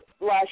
last